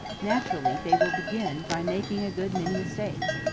naturally they will begin by making a good many mistakes.